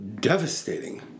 devastating